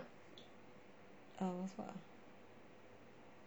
um was what ah